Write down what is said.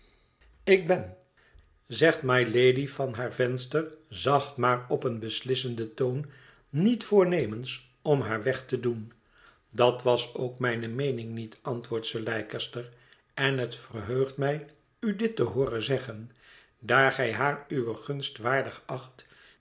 ik ben zegt mylady van haar venster zacht maar op een beslissenden toon niet voornemens om haar weg te doen dat was ook mijne meening niet antwoordt sir leicester en het verheugt mij u dit te hooren zeggen daar gij haar uwe gunst waardig acht